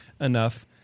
enough